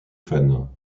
fans